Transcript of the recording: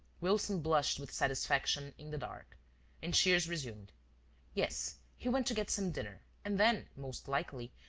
wilson blushed with satisfaction in the dark and shears resumed yes, he went to get some dinner and then, most likely,